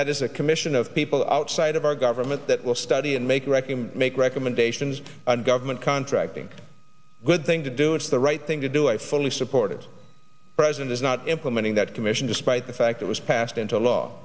that is a commission of people outside of our government that will study and make reckon make recommendations on government contracting a good thing to do it's the right thing to do i fully support this president is not implementing that commission despite the fact it was passed into law